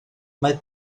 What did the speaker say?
mae